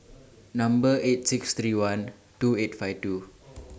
Number eight six three one two eight five two